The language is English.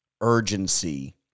urgency